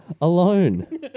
alone